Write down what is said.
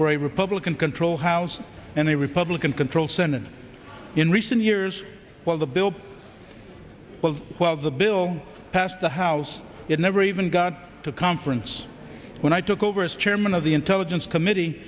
for a republican controlled house and the republican controlled senate in recent years while the bill of the bill passed the house it never even got to conference when i took over as chairman of the intelligence committee